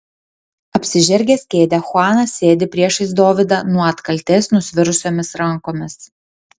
apsižergęs kėdę chuanas sėdi priešais dovydą nuo atkaltės nusvirusiomis rankomis